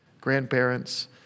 grandparents